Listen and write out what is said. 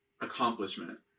accomplishment